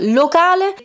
locale